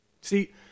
See